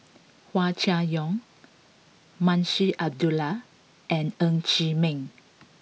Hua Chai Yong Munshi Abdullah and Ng Chee Meng